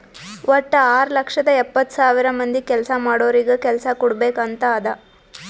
ವಟ್ಟ ಆರ್ ಲಕ್ಷದ ಎಪ್ಪತ್ತ್ ಸಾವಿರ ಮಂದಿ ಕೆಲ್ಸಾ ಮಾಡೋರಿಗ ಕೆಲ್ಸಾ ಕುಡ್ಬೇಕ್ ಅಂತ್ ಅದಾ